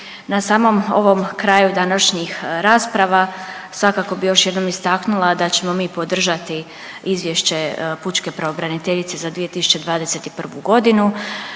Na samom ovom kraju današnjih rasprava svakako bi još jednom istaknula da ćemo mi podržati Izvješće pučke pravobraniteljice za 2021.g..